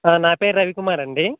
నా పేరు రవికుమార అండి